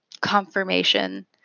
confirmation